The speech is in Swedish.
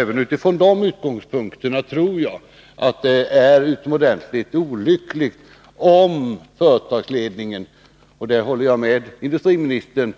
Även från dessa utgångspunkter tror jag att det är utomordentligt olyckligt om företagsledningen — jag håller med industriministern om att